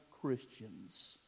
Christians